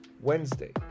Wednesday